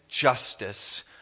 justice